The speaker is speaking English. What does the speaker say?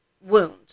wound